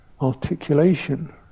articulation